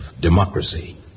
democracy